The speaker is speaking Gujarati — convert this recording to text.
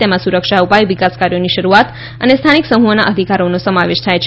તેમાં સુરક્ષા ઉપાય વિકાસ કાર્યોની શરૂઆત અને સ્થાનિક સમૂહોના અધિકારોનો સમાવેશ થાય છે